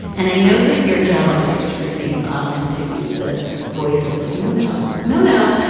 and i know that your job on strict scrutiny is often to be the voice of like, no, no, no, no.